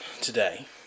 today